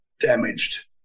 damaged